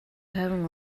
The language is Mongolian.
тайван